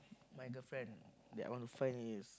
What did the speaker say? my girlfriend that I want to find is